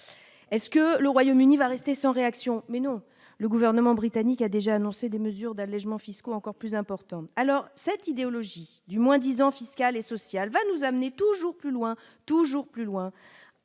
Est-ce que le Royaume-Uni va rester sans réaction, mais non, le gouvernement britannique a déjà annoncé des mesures d'allégements fiscaux, encore plus importante alors cette idéologie du moins-disant fiscal et social va nous amener toujours plus loin, toujours plus loin